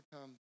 come